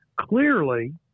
clearly